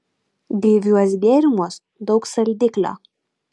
gaiviuos gėrimuos daug saldiklio